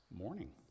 morning